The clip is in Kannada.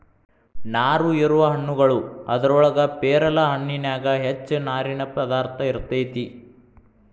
ನಾರು ಇರುವ ಹಣ್ಣುಗಳು ಅದರೊಳಗ ಪೇರಲ ಹಣ್ಣಿನ್ಯಾಗ ಹೆಚ್ಚ ನಾರಿನ ಪದಾರ್ಥ ಇರತೆತಿ